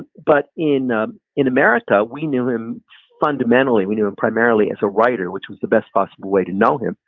but in ah in america, we knew him fundamentally. we knew him primarily as a writer, which was the best possible way to know him.